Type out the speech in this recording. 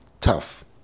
tough